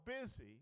busy